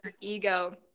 ego